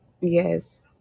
yes